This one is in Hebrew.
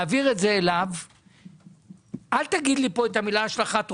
אל תגיד לי פה את המילים "השלכת רוחב",